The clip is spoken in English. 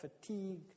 fatigue